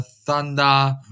thunder